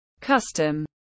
Custom